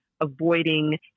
avoiding